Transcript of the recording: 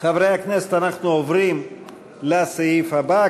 חברי הכנסת, אנחנו עוברים לסעיף הבא.